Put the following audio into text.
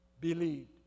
believed